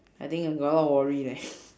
I think I got a lot of worry leh